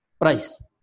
price